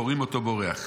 "קוראין אותו בורח".